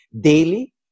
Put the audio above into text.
daily